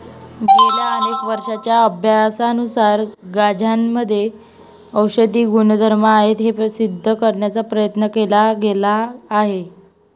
गेल्या अनेक वर्षांच्या अभ्यासानुसार गांजामध्ये औषधी गुणधर्म आहेत हे सिद्ध करण्याचा प्रयत्न केला गेला आहे